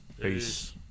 Peace